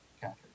Catherine